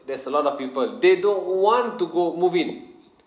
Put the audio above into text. there's a lot of people they don't want to go move in